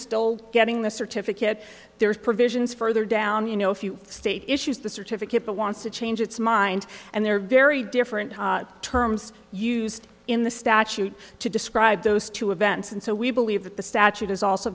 still getting the certificate there is provisions further down you know if you state issues the certificate but wants to change its mind and there are very different terms used in the statute to describe those two events and so we believe that the statute is also